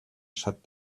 shut